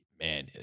man